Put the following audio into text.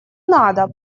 надо